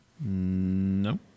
No